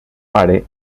pare